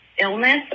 illness